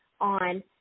on